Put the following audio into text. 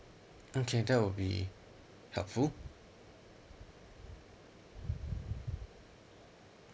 okay that would be helpful